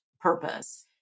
purpose